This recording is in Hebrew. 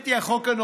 חג השבועות,